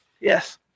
Yes